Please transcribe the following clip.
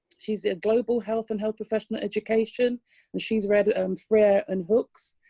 she's a global health and health professional. education and she's read ah um freyr and hooks,